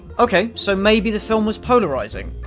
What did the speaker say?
okay, so maybe the film was polarizing.